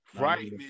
right